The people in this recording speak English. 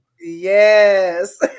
Yes